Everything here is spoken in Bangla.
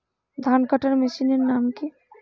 ধান কাটার মেশিনের নাম কি?